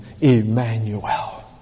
Emmanuel